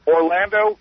Orlando